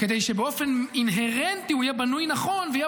כדי שבאופן אינהרנטי הוא יהיה בנוי נכון ויהיה